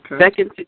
Second